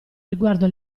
riguardo